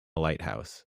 lighthouse